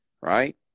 right